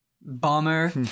Bomber